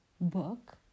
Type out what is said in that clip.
book